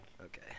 Okay